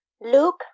Luke